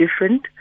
different